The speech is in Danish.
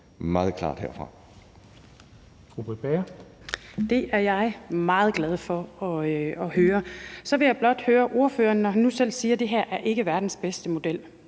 meget klart herfra.